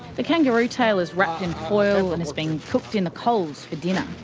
the kangaroo tail is wrapped in foil and is being cooked in the coals for dinner.